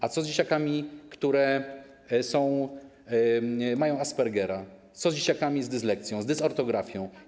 A co z dzieciakami, które mają zespół Aspergera, co z dzieciakami z dysleksją, z dysortografią?